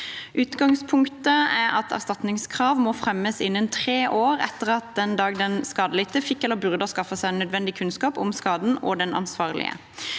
Utgangspunktet er at erstatningskrav må fremmes innen tre år etter den dag den skadelidte fikk eller burde ha skaffet seg nødvendig kunnskap om skaden og den ansvarlige.